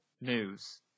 news